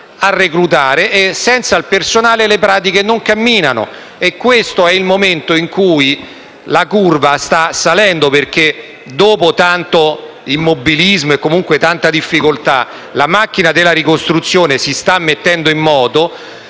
a reclutare e senza questo personale le pratiche non vanno avanti. Questo, tra l'altro, è un momento in cui la curva sta salendo perché, dopo tanto immobilismo e comunque tante difficoltà, la macchina della ricostruzione si sta mettendo in moto,